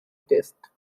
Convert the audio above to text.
taste